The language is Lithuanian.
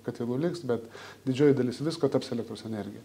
katilų liks bet didžioji dalis visko taps elektros energija